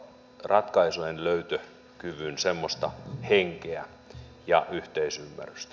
ratkaisuen löytö kylissä musta riisiä ja kiitos